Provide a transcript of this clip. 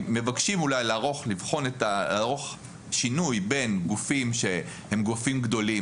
מבקשים לערוך שינוי בין גופים שהם גופים גדולים,